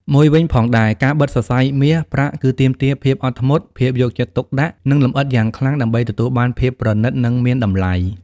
មួយវិញផងដែរ ការបិតសរសៃមាស ប្រាក់ គឺទាមទារភាពអត់ធ្មត ភាពយកចិត្តទុកដាក់ និងលម្អិតយ៉ាងខ្លាំងដើម្បីទទួលបានភាពប្រណិតនិងមានតម្លៃ។